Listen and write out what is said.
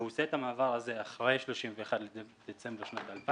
והוא עושה את המעבר הזה אחרי 31 בדצמבר שנת 2000,